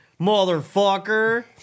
Motherfucker